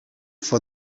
for